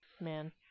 Man